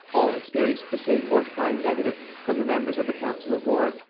all experienced the same mortifying negative from the members of the council of war,